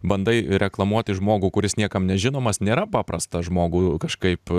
bandai reklamuoti žmogų kuris niekam nežinomas nėra paprasta žmogų kažkaip